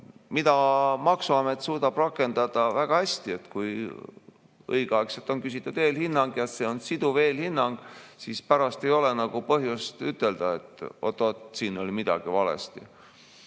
mida maksuamet suudab rakendada väga hästi. Kui õigeaegselt on küsitud eelhinnang ja see on siduv, siis pärast ei ole põhjust ütelda, et oot-oot, siin oli midagi valesti.